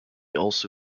also